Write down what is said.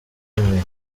mwe